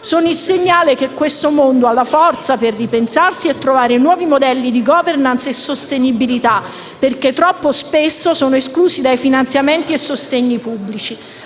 sono il segnale che questo mondo ha la forza per ripensarsi e trovare nuovi modelli di *governance* e sostenibilità perché troppo spesso esclusi da finanziamenti e sostegni pubblici.